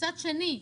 מצד שני,